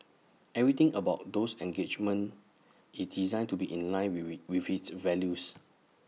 everything about those engagements is designed to be in line with with with its values